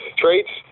traits